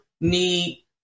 need